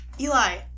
Eli